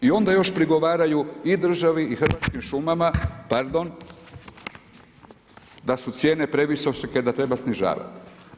I onda još prigovaraju i državi i hrvatskim šumama, pardon, da su cijene previsoke i da ih treba snižavati.